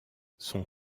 son